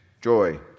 joy